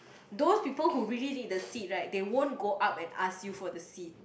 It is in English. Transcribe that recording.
those people who really need the seat right they won't go up and ask you for the seat